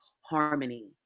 harmony